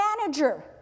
manager